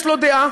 יש לו דעה,